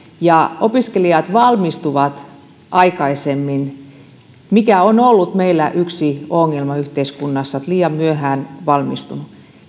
ja opiskelijat valmistuvat aikaisemmin meillä on ollut yksi ongelma yhteiskunnassa se että liian myöhään valmistumme